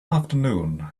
afternoon